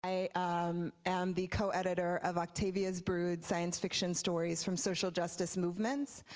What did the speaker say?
i am the co-editor of octavia's brood, science fiction stories from social justice movements,